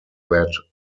that